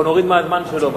אנחנו נוריד מהזמן שלו.